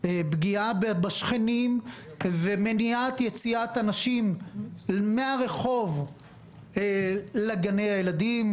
פגיעה בשכנים ומניעת יציאת אנשים מהרחוב לגני הילדים,